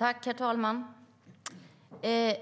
Herr talman!